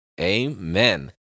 amen